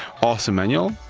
awesome manual,